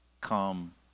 come